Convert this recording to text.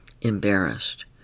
embarrassed